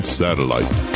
satellite